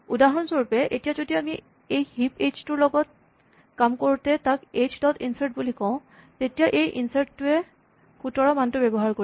উদাহৰণস্বৰূপে এতিয়া যদি আমি এই হিপ এইচ টোৰ লগত কাম কৰোঁতে তাক এইচ ডট ইনচাৰ্ট বুলি কওঁ তেতিয়া এই ইনচাৰ্ট টোৱে ১৭ মানটো ব্যৱহাৰ কৰিব